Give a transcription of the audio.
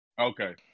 Okay